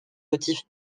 motifs